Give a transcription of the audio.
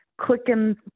clicking